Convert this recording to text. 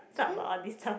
talk about this time